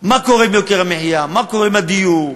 מה קורה עם יוקר המחיה, מה קורה עם הדיור,